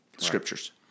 Scriptures